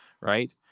right